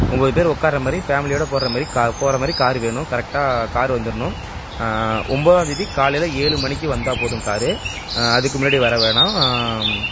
ஒன்போது பேர் உட்கார்றமேரி ஃபேமிலியோடு போறமாரி கார் போறமாரி கார் வேணும் கரெக்டாக கார் வந்துடணும் ஒன்போதாம் தேதி காலையில் ஏழு மணிக்கு வந்தால் போதும் காரு அதுக்கு முன்னாடி வர வேணாம்